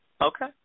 Okay